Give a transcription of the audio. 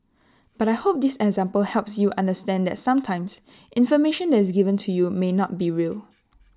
but I hope this example helps you understand that sometimes information that is given to you may not be real